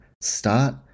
start